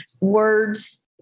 Words